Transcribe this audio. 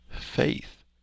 Faith